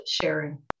sharing